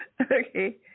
Okay